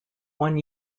one